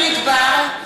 דרך אגב,